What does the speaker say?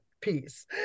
peace